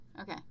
Okay